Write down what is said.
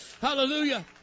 hallelujah